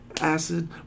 acid